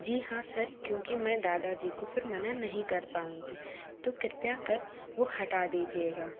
जी हाँ सर क्योंकि मैं दादा जी को फिर मना नहीं कर पाऊँगी तो कृपया कर वह हटा दीजिएगा